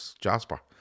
Jasper